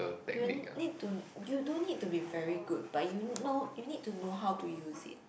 you need to you don't need to be very good but you know you need to know how to use it